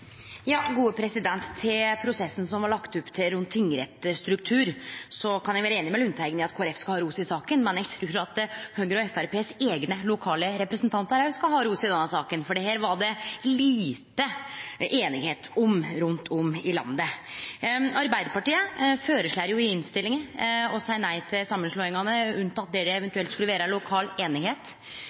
Til prosessen som det blei lagt opp til rundt tingrettsstruktur: Eg kan vere einig med Lundteigen i at Kristeleg Folkeparti skal ha ros i saka, men eg trur at Høgre og Framstegspartiet sine eigne lokale representantar òg skal ha ros i denne saka, for dette var det lite einigheit om rundt omkring i landet. Arbeidarpartiet føreslår i innstillinga å seie nei til samanslåingane, unnateke der det eventuelt skulle vere lokal